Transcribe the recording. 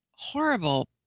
horrible